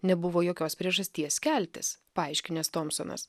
nebuvo jokios priežasties keltis paaiškinęs tomsonas